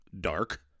dark